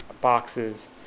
boxes